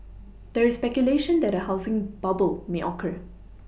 there is speculation that a housing bubble may occur